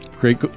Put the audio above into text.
Great